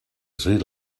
sri